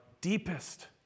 deepest